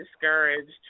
discouraged